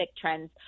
trends